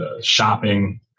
shopping